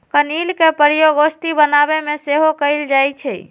कनइल के प्रयोग औषधि बनाबे में सेहो कएल जाइ छइ